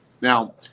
Now